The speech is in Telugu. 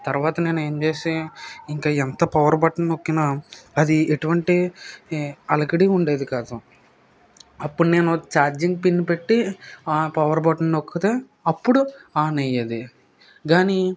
తర్వాత నేను ఏం చేస్తే ఇంకా ఎంత పవర్ బటన్ నొక్కిన అది ఎటువంటి అలకడి ఉండేది కాదు అప్పుడు నేను చార్జింగ్ పిన్ పెట్టి ఆ పవర్ బటన్ నొక్కుతే అప్పుడు ఆన్ అయ్యేది కాని